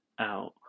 out